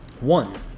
one